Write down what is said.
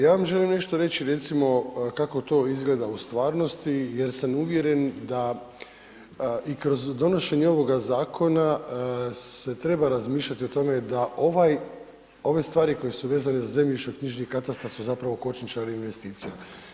Ja vam želim nešto reći, recimo, kako to izgleda u stvarnosti jer sam uvjeren da i kroz donošenje ovoga zakona se treba razmišljati o tome da ove stvari koje su vezane za zemljišnoknjižni katastar su zapravo kočničari investicija.